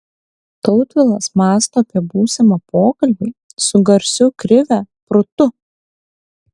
tautvilas mąsto apie būsimą pokalbį su garsiu krive prūtu